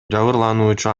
жабырлануучу